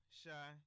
shy